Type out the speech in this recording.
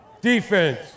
defense